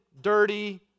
dirty